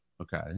Okay